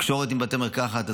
תקשורת עם בתי מרקחת,